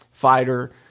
fighter